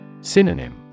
Synonym